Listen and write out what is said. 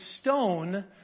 stone